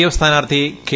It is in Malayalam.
എഒറ സ്ഥാനാർത്ഥി കെ